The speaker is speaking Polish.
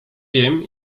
wiem